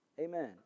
Amen